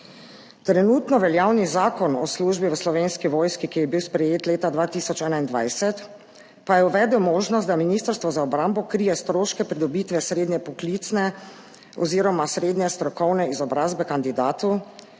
Trenutno veljavni Zakon o službi v Slovenski vojski, ki je bil sprejet leta 2021, pa je uvedel možnost, da Ministrstvo za obrambo krije stroške pridobitve srednje poklicne oziroma srednje strokovne izobrazbe kandidatu,